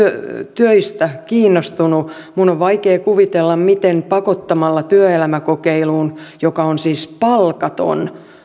töistä kiinnostuneita minun on vaikea kuvitella miten pakottamalla työelämäkokeiluun joka on siis palkaton